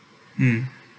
mm